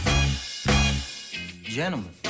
Gentlemen